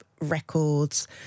records